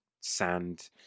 sand